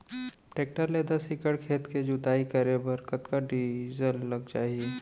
Tractor ले दस एकड़ खेत के जुताई करे बर कतका डीजल लग जाही?